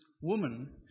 woman